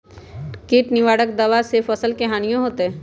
किट निवारक दावा से फसल के हानियों होतै?